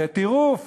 זה טירוף.